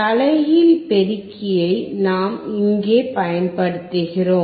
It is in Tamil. தலைகீழ் பெருக்கியை நாம் இங்கே பயன்படுத்துகிறோம்